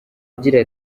agira